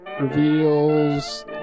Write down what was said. reveals